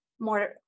more